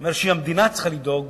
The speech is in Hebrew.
הוא אומר שהמדינה צריכה לדאוג